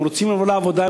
הם רוצים לבוא לעבודה,